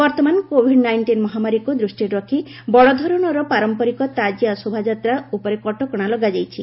ବର୍ତ୍ତମାନ Covid nineteen ମହାମାରୀକୁ ଦୃଷ୍ଟିରେ ରଖି ବଡ଼ଧରଣର ପାରମ୍ପରିକ ତାଜିଆ ଶୋଭାଯାତ୍ରା ଉପରେ କଟକଣା ଲଗାଯାଇଛି